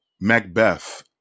Macbeth